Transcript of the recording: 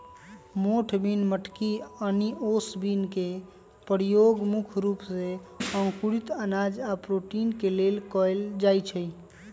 मोठ बिन मटकी आनि ओस बिन के परयोग मुख्य रूप से अंकुरित अनाज आ प्रोटीन के लेल कएल जाई छई